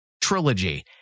trilogy